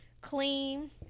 clean